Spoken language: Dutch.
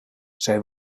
zij